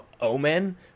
Omen